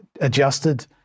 adjusted